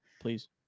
please